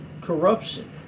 corruption